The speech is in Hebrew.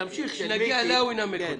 תמשיך, כשנגיע אליה הוא ינמק אותה.